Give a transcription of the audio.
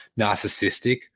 narcissistic